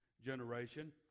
generation